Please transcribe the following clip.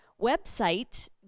website